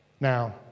Now